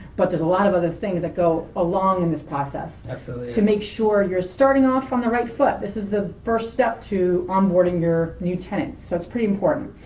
but there's a lot of other things that go along in this process so to make sure you're starting off on the right foot. this is the first step to onboarding your new tenant. so it's pretty important.